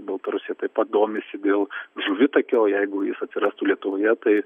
baltarusija taip pat domisi dėl žuvitakio jeigu jis atsirastų lietuvoje tai